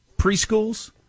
Preschools